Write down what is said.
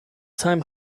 time